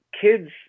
kids